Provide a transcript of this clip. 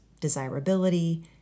desirability